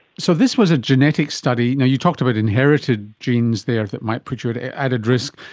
so this was a genetic study. you know you talked about inherited genes there that might put you at added risk,